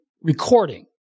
recording